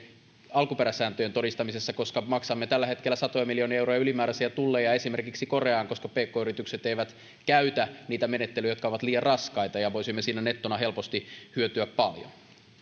alkuperäsääntöjen todistamisessa koska maksamme tällä hetkellä satoja miljoonia euroja ylimääräisiä tulleja esimerkiksi koreaan koska pk yritykset eivät käytä niitä menettelyjä jotka ovat liian raskaita ja voisimme siinä nettona helposti hyötyä paljon